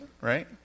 right